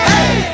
Hey